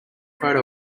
photo